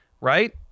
right